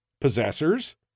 possessors